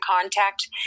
contact